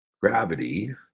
gravity